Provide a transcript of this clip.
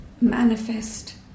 manifest